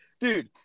dude